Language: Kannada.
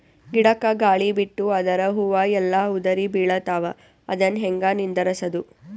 ಗಿಡಕ, ಗಾಳಿ ಬಿಟ್ಟು ಅದರ ಹೂವ ಎಲ್ಲಾ ಉದುರಿಬೀಳತಾವ, ಅದನ್ ಹೆಂಗ ನಿಂದರಸದು?